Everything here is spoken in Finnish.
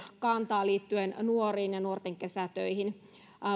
kantaa myös liittyen nuoriin ja nuorten kesätöihin